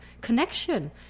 connection